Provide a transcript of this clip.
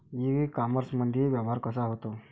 इ कामर्समंदी व्यवहार कसा होते?